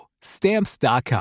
Stamps.com